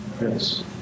Yes